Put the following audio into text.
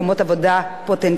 אין בהצעת חוק זו,